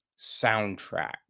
soundtrack